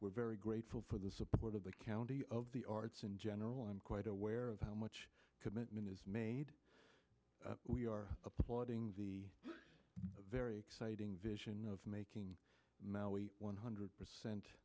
we're very grateful for the support of the county of the arts in general i'm quite aware of how much commitment is made we are applauding the very exciting vision of making now we one hundred